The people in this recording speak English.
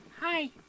Hi